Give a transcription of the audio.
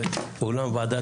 זה אולם ועדת החינוך.